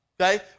okay